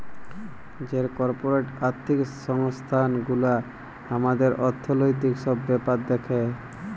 যে কর্পরেট আর্থিক সংস্থান গুলা হামাদের অর্থনৈতিক সব ব্যাপার দ্যাখে